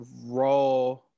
raw